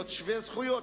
להיות שווי זכויות.